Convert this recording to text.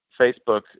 Facebook